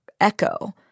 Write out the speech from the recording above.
echo